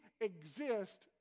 exist